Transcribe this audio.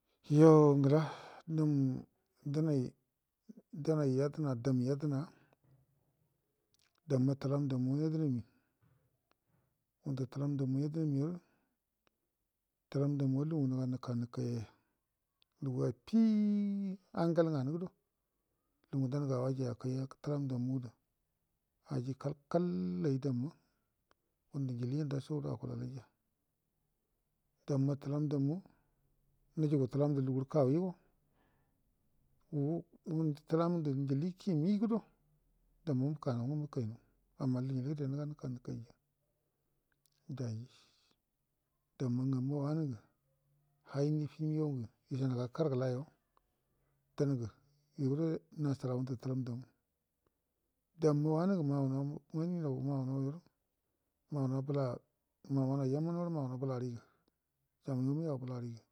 Yo ngəla dam dənai yedəna dum yodəno damma təlamdamu yedənanir dam təlamdamu yedənami arə təlamdamu lugu ngə nə ga nəka nəkai yaya aji affi angal nganə ao luga ngə danga an ajai akai təlam damu də aji kal kallə ayi damma ngundə njili ndashodo akulalya damma təlam damma ijugu təlamdə lugurə kawigo ngundə təlam ndə njili kimido damma mukanau nga mukai nau amma lugu ngu gəde nəga həka nukai ja daji damma ngamma wannə ngə ainifi migau ngə ishanəga karə gəlayo dangə gagudo nashana nguudə təlan ndamu damma wannəngə mannau wannəngə naunau yo ra maunau bla mamanauwa yaman marə masunau bəla rigə ga kigau yau bəla rigə